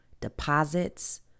deposits